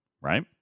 Right